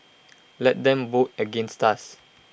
let them vote against us